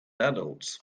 adults